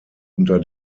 unter